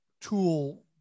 tool